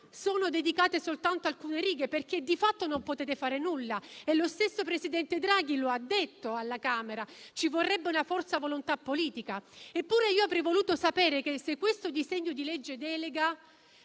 sono dedicate soltanto alcune righe nel testo, perché di fatto non potete fare nulla e lo stesso presidente Draghi lo ha detto alla Camera: ci vorrebbe una forte volontà politica. Eppure, avrei voluto sapere se il disegno di legge delega